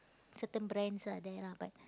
certain brands are there lah but